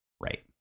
Right